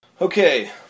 Okay